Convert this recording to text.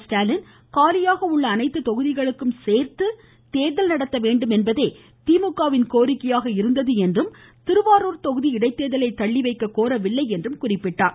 ஸ்டாலின் காலியாக உள்ள அனைத்து தொகுதிகளுக்கும் சோத்து தோ்தல் நடத்த வேண்டும் என்பதே திமுகவின் கோரிக்கையாக இருந்தது என்றும் திருவாரூர் தொகுதி இடைத்தோ்தலை தள்ளி வைக்க கோரவில்லை என்றும் கோரினார்